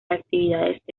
actividades